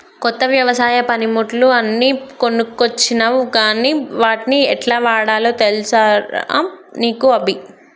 కొత్త వ్యవసాయ పనిముట్లు అన్ని కొనుకొచ్చినవ్ గని వాట్ని యెట్లవాడాల్నో తెలుసా రా నీకు అభి